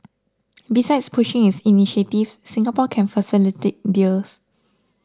besides pushing its initiatives Singapore can facilitate deals